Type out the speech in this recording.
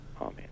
Amen